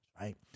right